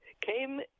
came